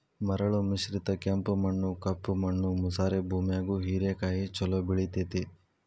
ಮರಳು ಮಿಶ್ರಿತ ಕೆಂಪು ಮಣ್ಣ, ಕಪ್ಪು ಮಣ್ಣು ಮಸಾರೆ ಭೂಮ್ಯಾಗು ಹೇರೆಕಾಯಿ ಚೊಲೋ ಬೆಳೆತೇತಿ